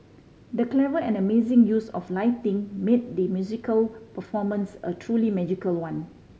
the clever and amazing use of lighting made the musical performance a truly magical one